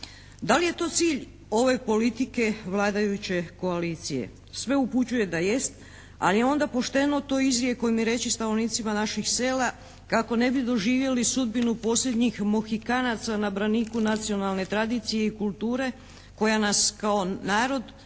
Da li je to cilj ove politike vladajuće koalicije? Sve upućuje da jest, al' je onda pošteno to izrijekom i reći stanovnicima naših sela kako ne bi doživjeli sudbinu posljednjih Mohikanaca na braniku nacionalne tradicije i kulture koja nas kao narod